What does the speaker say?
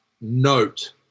note